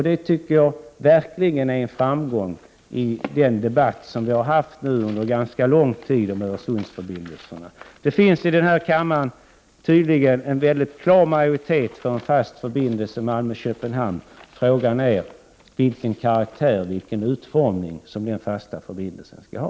Det är verkligen en framgång i den debatt som har förts under ganska lång tid. I denna kammare finns tydligen en mycket klar majoritet för en fast förbindelse mellan Malmö och Köpenhamn. Frågan är bara vilken karaktär och utformning den fasta förbindelsen skall ha.